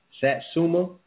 Satsuma